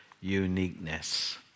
uniqueness